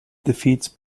defeats